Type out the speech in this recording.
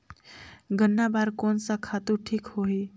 गन्ना बार कोन सा खातु ठीक होही?